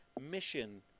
mission